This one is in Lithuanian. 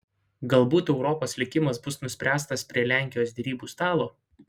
galbūt europos likimas bus nuspręstas prie lenkijos derybų stalo